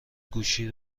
گوشی